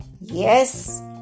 Yes